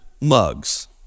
mugs